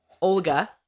Olga